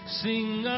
sing